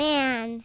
Man